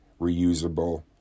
reusable